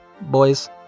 boys